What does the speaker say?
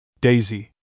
Daisy